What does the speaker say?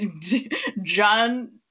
John